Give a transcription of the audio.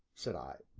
said i.